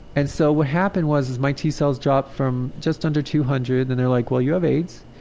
and so what happened was my t-cells dropped from just under two hundred, and they're like, well, you have aids,